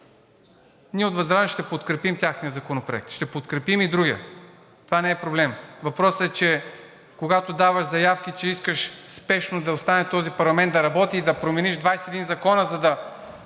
Ние от ВЪЗРАЖДАНЕ ще подкрепим техния законопроект. Ще подкрепим и другия. Това не е проблем. Въпросът е, че когато даваш заявки, че искаш спешно да остане този парламент да работи и да промениш 21 закона, за да